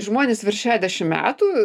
žmonės virš šedešim metų